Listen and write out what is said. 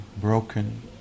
broken